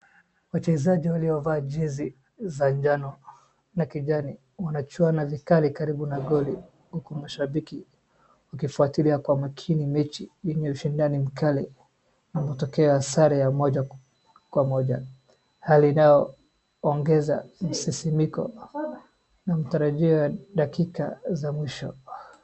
Wachezaji waliovaa jezi za njano na kijani wanachuana vikali karibu na goli huku mashabiki wakifuatilia kwa makini mechi yenye ushindani mkali kutokea sare ya moja kwa moja hali inayoongeza msisimko na matarajio dakika za mwisho.